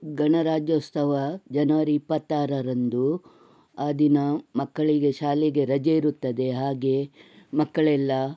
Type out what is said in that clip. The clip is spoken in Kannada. ಗಣರಾಜ್ಯೋತ್ಸವ ಜನವರಿ ಇಪ್ಪತ್ತಾರರಂದು ಆ ದಿನ ಮಕ್ಕಳಿಗೆ ಶಾಲೆಗೆ ರಜೆ ಇರುತ್ತದೆ ಹಾಗೆ ಮಕ್ಕಳೆಲ್ಲ